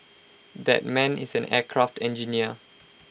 that man is an aircraft engineer